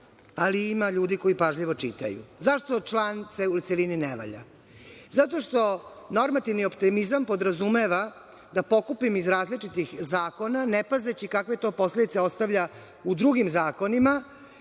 ali ima ljudi koji pažljivo čitaju.Zašto član u celini ne valja? Zato što normativni optimizam podrazumeva da pokupim iz različitih zakona, ne pazeći kakve to posledice ostavlja u drugim zakonima,